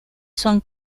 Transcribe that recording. son